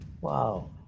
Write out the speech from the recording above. Wow